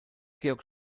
georg